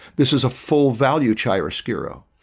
this is a full value choice kuro.